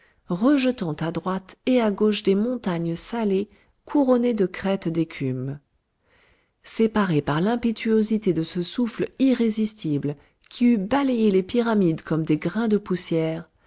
rejetant à droite et à gauche des montagnes salées couronnées de crêtes d'écume séparées par l'impétuosité de ce souffle irrésistible qui eût balayé les pyramides comme des grains de poussière